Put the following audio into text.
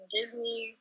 Disney